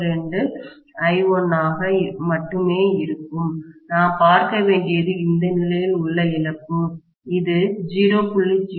02 I1 ஆக மட்டுமே இருக்கும் நான் பார்க்க வேண்டியது இந்த நிலையில் உள்ள இழப்பு இது 0